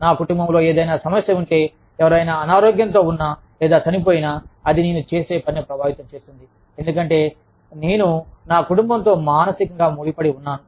నా కుటుంబంలో ఏదైనా సమస్య ఉంటే ఎవరైనా అనారోగ్యంతో ఉన్నా లేదా చనిపోయినా అది నేను చేసే పనిని ప్రభావితం చేస్తుంది ఎందుకంటే నేను నా కుటుంబంతో మానసికంగా ముడిపడి ఉన్నాను